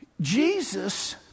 Jesus